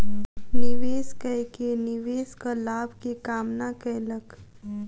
निवेश कय के निवेशक लाभ के कामना कयलक